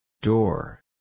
Door